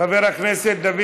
חבר הכנסת דוד